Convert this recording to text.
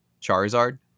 charizard